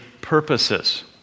purposes